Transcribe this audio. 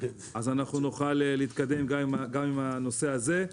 ונוכל להתקדם גם עם הנושא הזה.